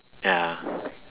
ya